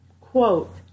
Quote